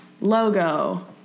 logo